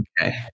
okay